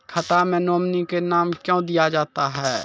खाता मे नोमिनी का नाम क्यो दिया जाता हैं?